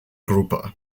gruppe